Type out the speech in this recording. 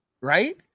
right